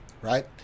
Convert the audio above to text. right